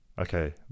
okay